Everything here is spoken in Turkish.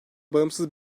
bağımsız